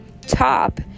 top